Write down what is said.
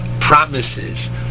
promises